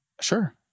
Sure